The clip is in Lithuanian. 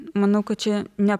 manau kad čia ne